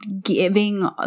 giving